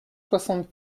soixante